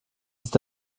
ist